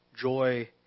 Joy